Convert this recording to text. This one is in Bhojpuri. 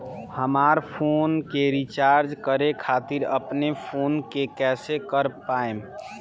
हमार फोन के रीचार्ज करे खातिर अपने फोन से कैसे कर पाएम?